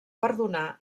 perdonar